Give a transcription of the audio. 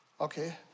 okay